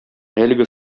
әлеге